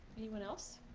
anyone else?